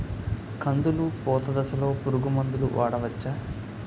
కందులు పూత దశలో పురుగు మందులు వాడవచ్చా?